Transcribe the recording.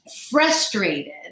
frustrated